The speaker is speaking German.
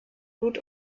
blut